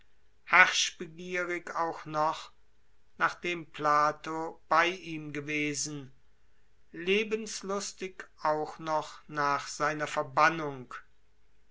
herrschbegierig auch noch nachdem plato bei ihm gewesen lebenslustig auch noch nach seiner verbannung